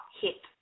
hit